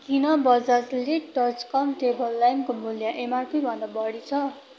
किन Bajaj LED torch cum table ल्याम्पको मूल्य एमआरपी भन्दा बढी छ